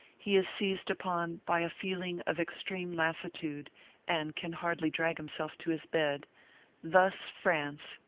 he is seized upon by a feeling of extreme lassitude and can hardly drag himself to his bed thus france,